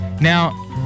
Now